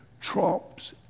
trumps